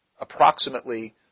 approximately